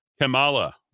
Kamala